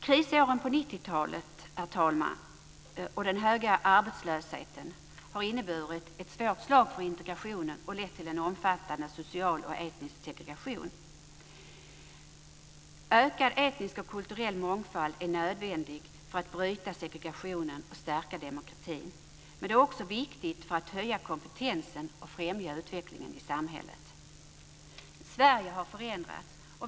Krisåren på 90-talet, herr talman, och den höga arbetslösheten har inneburit ett svårt slag för integrationen och lett till en omfattande social och etnisk segregation. Ökad etnisk och kulturell mångfald är nödvändig för att bryta segregationen och stärka demokratin, men det är också viktigt för att höja kompetensen och främja utvecklingen i samhället. Sverige har förändrats.